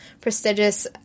prestigious